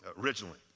originally